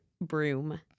broom